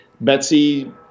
Betsy